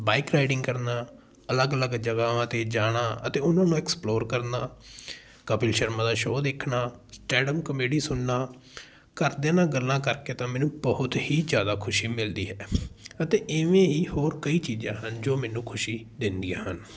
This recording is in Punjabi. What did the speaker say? ਬਾਈਕ ਰਾਈਡਿੰਗ ਕਰਨਾ ਅਲੱਗ ਅਲੱਗ ਜਗ੍ਹਾਵਾਂ 'ਤੇ ਜਾਣਾ ਅਤੇ ਉਹਨਾਂ ਨੂੰ ਐਕਸਪਲੋਰ ਕਰਨਾ ਕਪਿਲ ਸ਼ਰਮਾ ਦਾ ਸ਼ੋਅ ਦੇਖਣਾ ਸਟੈਂਡਮ ਕਮੇਡੀ ਸੁਣਨਾ ਘਰਦਿਆਂ ਨਾਲ ਗੱਲਾਂ ਕਰਕੇ ਤਾਂ ਮੈਨੂੰ ਬਹੁਤ ਹੀ ਜ਼ਿਆਦਾ ਖੁਸ਼ੀ ਮਿਲਦੀ ਹੈ ਅਤੇ ਇਵੇਂ ਹੀ ਹੋਰ ਕਈ ਚੀਜ਼ਾਂ ਹਨ ਜੋ ਮੈਨੂੰ ਖੁਸ਼ੀ ਦਿੰਦੀਆਂ ਹਨ